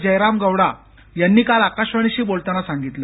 जयरामगौडा यांनी काल आकाशवाणीशी बोलताना सांगितलं